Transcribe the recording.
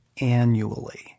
annually